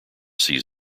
sees